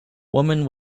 woman